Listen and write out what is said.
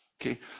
okay